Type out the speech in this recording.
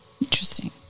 Interesting